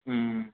మ్మ్